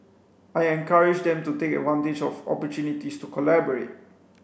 I encourage them to take advantage of opportunities to collaborate